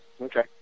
Okay